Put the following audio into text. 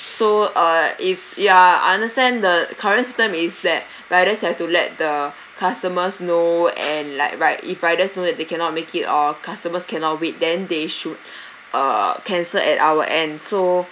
so err it's ya understand the current system is that riders have to let the customers know and like right if riders know it they cannot make it or customers cannot wait then they should uh cancel at our end so